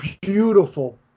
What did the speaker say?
beautiful